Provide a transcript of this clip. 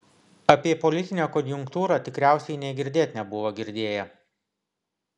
apie politinę konjunktūrą tikriausiai nė girdėt nebuvo girdėję